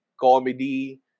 comedy